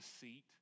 seat